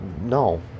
no